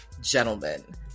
gentlemen